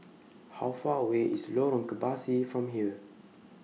How Far away IS Lorong Kebasi from here